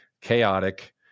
chaotic